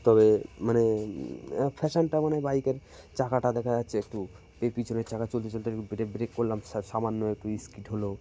তবে মানে ফ্যাশানটা মানে বাইকের চাকাটা দেখা যাচ্ছে একটু এ পিছনের চাকা চলতে চলতে একটু ব্রেটে ব্রেক করলাম সামান্য একটু স্কিড হলও